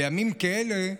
בימים כאלה,